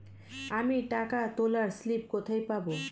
আমি টাকা তোলার স্লিপ কোথায় পাবো?